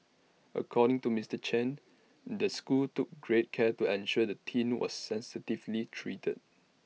according to Mister Chen the school took great care to ensure the teen was sensitively treated